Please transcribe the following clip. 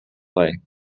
play